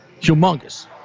humongous